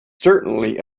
certainly